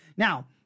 Now